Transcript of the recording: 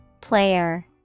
Player